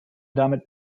damit